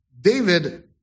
David